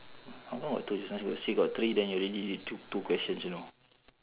how come got two just now you say got three then you already took two questions you know